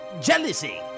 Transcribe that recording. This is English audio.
Jealousy